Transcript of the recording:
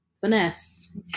finesse